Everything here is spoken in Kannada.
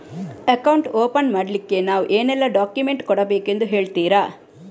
ಅಕೌಂಟ್ ಓಪನ್ ಮಾಡ್ಲಿಕ್ಕೆ ನಾವು ಏನೆಲ್ಲ ಡಾಕ್ಯುಮೆಂಟ್ ಕೊಡಬೇಕೆಂದು ಹೇಳ್ತಿರಾ?